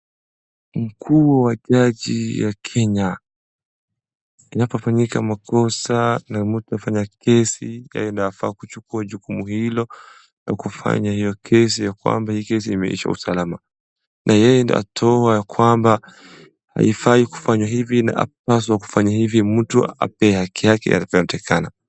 Mkuu wa jaji ya Kenya, inapofanyika makosa na mtu anapofanya kesi yeye ndio afaa kuchukua jukumu hilo na kufanya hiyo kesi ya kwamba kesi imeisha salama na yeye ndio ataona ya kwamba haifai kufanywa hivi inapaswa kufanywa hivi mtu apewe haki yake inapotakikana.